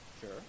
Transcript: sure